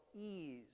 ease